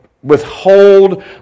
withhold